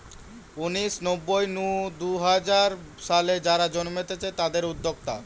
উনিশ শ নব্বই নু দুই হাজার সালে যারা জন্মেছে তাদির উদ্যোক্তা